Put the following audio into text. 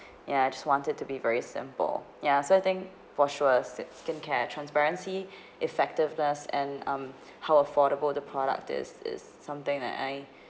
ya I just want it to be very simple ya so I think for sure si~ skincare transparency effectiveness and um how affordable the product is is something that I